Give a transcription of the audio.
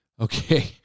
Okay